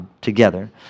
together